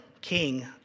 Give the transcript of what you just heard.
king